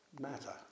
matter